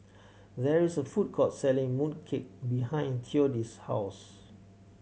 there is a food court selling mooncake behind Theodis' house